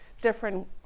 different